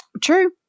true